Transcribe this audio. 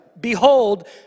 Behold